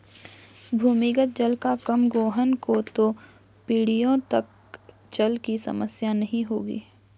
भूमिगत जल का कम गोहन हो तो पीढ़ियों तक जल की समस्या नहीं होगी